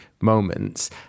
moments